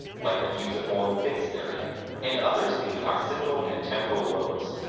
like the fusiform face area and others in the occipital and temporal lobes.